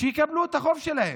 שיקבלו את החוב שלהם.